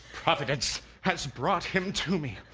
providence has brought him to me.